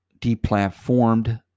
deplatformed